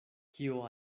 kio